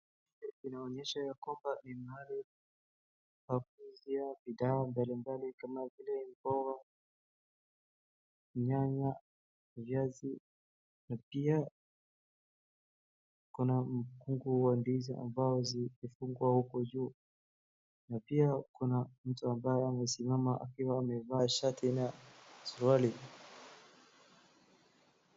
Inaonyesha ni mahali pa kuuzia bidhaa mbali mbali kama vile mboga, nyanya, viazi na pia kuna mkungu wa ndizi ambazo zimefungwa huko juu na pia kuna mtu ambaye amesimama hapo akiwa amevaa shati na suruali .